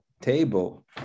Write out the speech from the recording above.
table